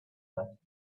sunset